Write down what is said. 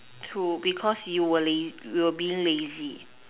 true because you were laz~ you we're being lazy